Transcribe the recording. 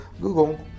Google